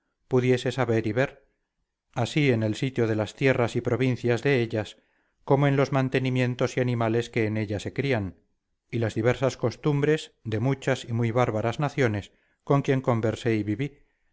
pudiese saber y ver así en el sitio de las tierras y provincias de ellas como en los mantenimientos y animales que en ella se crían y las diversas costumbres de muchas y muy bárbaras naciones con quien conversé y viví